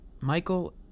Michael